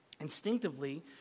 Instinctively